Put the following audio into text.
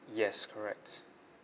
yes correct